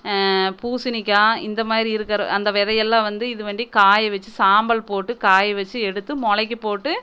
பூசணிக்காய் இந்தமாதிரி இருக்கிற அந்த விதையெல்லாம் வந்து இது பண்ணி காய வச்சு சாம்பல் போட்டு காய வச்சு எடுத்து முளைக்க போட்டு